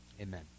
Amen